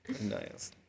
Nice